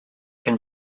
can